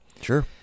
Sure